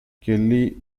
kelly